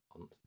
on